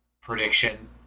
prediction